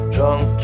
Drunk